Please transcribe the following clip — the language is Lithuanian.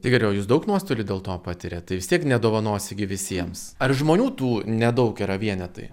tai gerai o jūs daug nuostolių dėl to patiriat tai vis tiek nedovanosi gi visiems ar žmonių tų nedaug yra vienetai